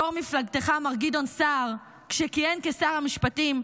יו"ר מפלגתך מר גדעון סער, כשכיהן כשר המשפטים,